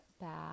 back